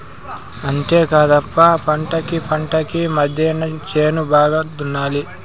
అంతేకాదప్ప పంటకీ పంటకీ మద్దెన చేను బాగా దున్నాలి